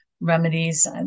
remedies